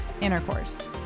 intercourse